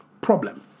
problem